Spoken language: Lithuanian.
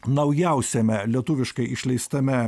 naujausiame lietuviškai išleistame